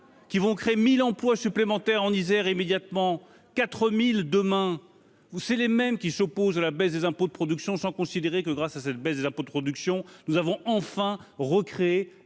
qui vont créer 1000 emplois supplémentaires en Isère immédiatement 4000 demain vous c'est les mêmes qui s'opposent à la baisse des impôts de production sans considérer que grâce à cette baisse des impôts, de production, nous avons enfin recréer